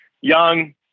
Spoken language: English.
Young